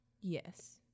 Yes